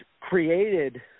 created